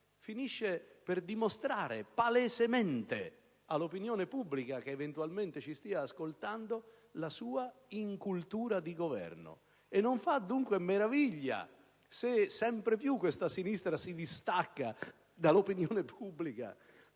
finisce per dimostrare palesemente all'opinione pubblica, che eventualmente ci stia ascoltando, la sua incultura di governo. Non fa dunque meraviglia se sempre più questa sinistra si distacca dall'opinione pubblica